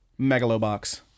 megalobox